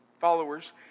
followers